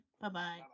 Bye-bye